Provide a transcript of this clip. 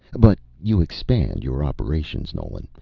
but you expand your operations, nolan.